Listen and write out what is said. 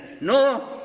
no